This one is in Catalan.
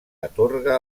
atorga